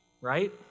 right